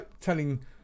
telling